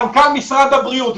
למנכ"ל משרד הבריאות,